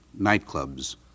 nightclubs